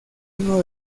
uno